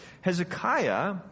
Hezekiah